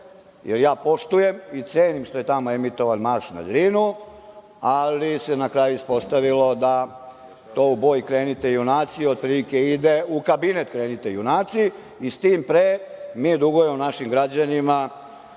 Poštujem i cenim što je tamo emitovan „Marš na Drinu“, ali se na kraju ispostavilo da to u „Boj krenite junaci“ otprilike ide u „kabinet krenite junaci“. S tim pre, mi dugujemo našim građanima